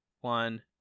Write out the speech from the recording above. one